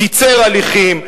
קיצר הליכים,